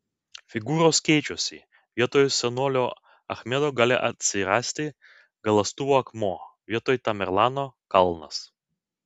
figūros keičiasi vietoj senolio achmedo gali atsirasti galąstuvo akmuo vietoj tamerlano kalnas